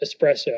espresso